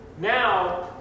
Now